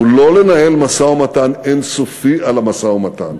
הוא לא לנהל משא-ומתן אין-סופי על המשא-ומתן,